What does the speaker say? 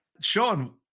Sean